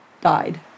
died